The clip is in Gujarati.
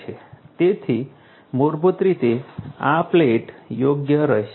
તેથી મૂળભૂત રીતે આ પ્લેટ યોગ્ય રહેશે